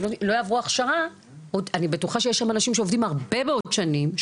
אני בטוחה שיש שם אנשים שעובדים הרבה מאוד שנים.